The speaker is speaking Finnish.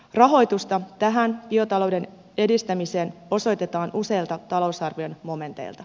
rahoitusta tähän biotalouden edistämiseen osoitetaan useilta talousarvion momenteilta